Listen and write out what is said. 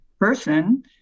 person